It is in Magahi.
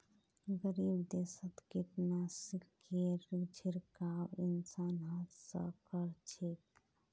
गरीब देशत कीटनाशकेर छिड़काव इंसान हाथ स कर छेक